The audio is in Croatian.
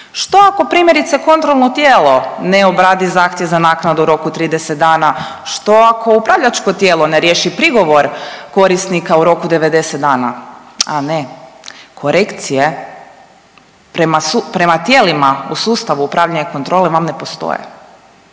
što ako primjerice, kontrolno tijelo ne obradi zahtjev za naknadu u roku od 30 dana? Što ako upravljačko tijelo ne riješi prigovor korisnika u roku 90 dana? A ne, korekcije prema tijelima u sustavu upravljanja i kontrole vam ne postoje.